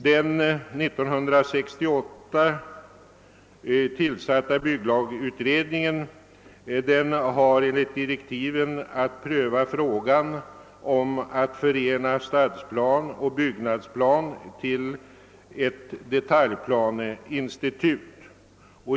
Den 1968 tillsatta bygglagutredningen har enligt direktiven att pröva frågan om att förena stadsplan och byggnadsplan till ett detaljplaneinstitut.